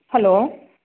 hello